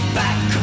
back